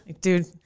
dude